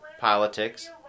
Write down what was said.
politics